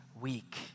weak